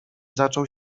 zaczął